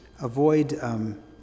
avoid